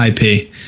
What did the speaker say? IP